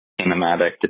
cinematic